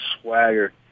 swagger